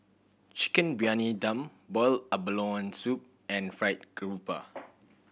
Chicken Briyani Dum boiled abalone soup and Fried Garoupa